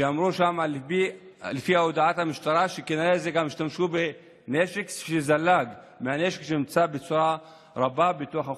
לפי הודעת המשטרה כנראה השתמשו בנשק שזלג מהנשק הרב שנמצא באוכלוסייה.